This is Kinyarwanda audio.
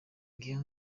ngayo